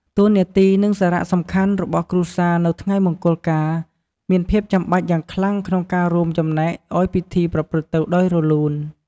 តួនាទី និងសារៈសំខាន់របស់គ្រួសារនៅថ្ងៃមង្គលការ មានភាពចាំបាច់យ៉ាងខ្លាំងក្នុងការរួមចំណែកឲ្យពិធីប្រព្រឹត្តទៅដោយរលូន។